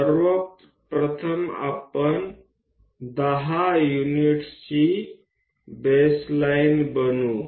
सर्व प्रथम आपण 10 युनिट्सची बेसलाइन बनवू